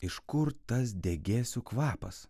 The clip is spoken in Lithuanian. iš kur tas degėsių kvapas